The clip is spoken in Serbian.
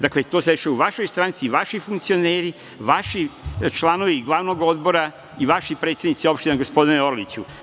Dakle, to se dešava u vašoj stranci, vaši funkcioneri, vaši članovi glavnog Odbora i vaši predsednici opština, gospodine Orliću.